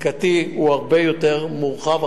החקיקתי הוא הרבה יותר מורחב,